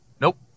Nope